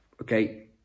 Okay